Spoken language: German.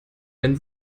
wenn